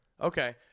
Okay